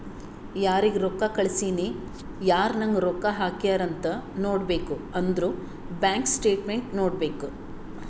ಯಾರಿಗ್ ರೊಕ್ಕಾ ಕಳ್ಸಿನಿ, ಯಾರ್ ನಂಗ್ ರೊಕ್ಕಾ ಹಾಕ್ಯಾರ್ ಅಂತ್ ನೋಡ್ಬೇಕ್ ಅಂದುರ್ ಬ್ಯಾಂಕ್ ಸ್ಟೇಟ್ಮೆಂಟ್ ನೋಡ್ಬೇಕ್